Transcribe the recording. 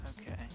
okay